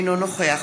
אינו נוכח